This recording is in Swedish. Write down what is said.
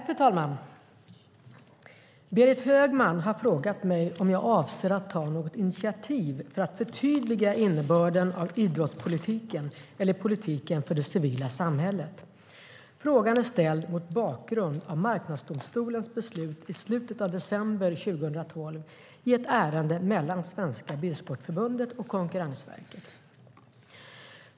Fru talman! Berit Högman har frågat mig om jag avser att ta något initiativ för att förtydliga innebörden av idrottspolitiken eller politiken för det civila samhället. Frågan är ställd mot bakgrund av Marknadsdomstolens beslut i slutet av december 2012 i ett ärende mellan Svenska Bilsportförbundet och Konkurrensverket.